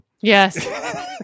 Yes